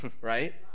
Right